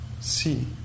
see